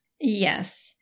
Yes